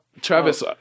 Travis